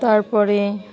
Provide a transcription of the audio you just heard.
তারপরে